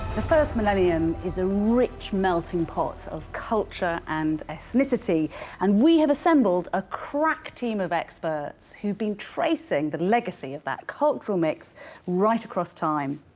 the first millennium is a rich melting pot of culture and ethnicity and we have assembled a crack team of experts who've been tracing the legacy of that cultural mix right across time,